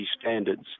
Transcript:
standards